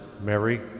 Mary